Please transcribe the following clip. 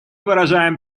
выражаем